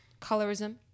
colorism